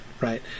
Right